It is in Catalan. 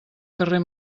carrer